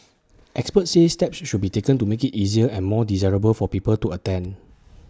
experts say steps should be taken to make IT easier and more desirable for people to attend